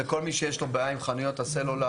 לכל מי שיש לו בעיה עם חנויות הסלולר,